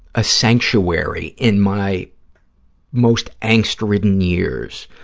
a sanctuary in my most angst-ridden years,